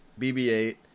BB-8